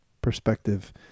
perspective